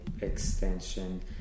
extension